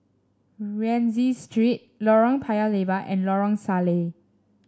Rienzi Street Lorong Paya Lebar and Lorong Salleh